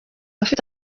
afite